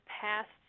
past